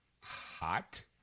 hot